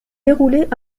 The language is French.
déroulées